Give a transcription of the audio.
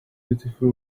beautiful